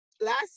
last